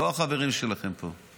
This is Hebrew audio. לא החברים שלכם פה.